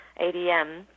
ADM